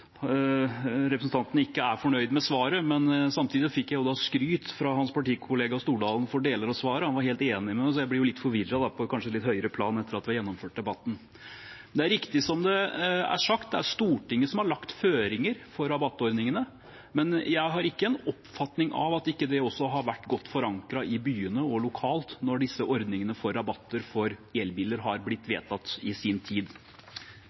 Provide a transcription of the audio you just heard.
skryt fra hans partikollega, representanten Stordalen, for deler av svaret – han var helt enig med meg – så jeg blir litt forvirret, på et kanskje litt høyere plan, etter at vi har gjennomført debatten. Det er riktig, som det er sagt, at det er Stortinget som har lagt føringer for rabattordningene, men jeg har ikke en oppfatning av at det ikke også har vært godt forankret i byene og lokalt når disse ordningene for rabatter for elbiler i sin tid har blitt